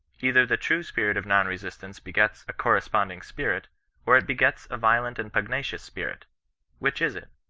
either the true spirit of non-resistance begets a corresponding spirit or it begets a violent and pugnacious spirit which is it?